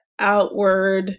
outward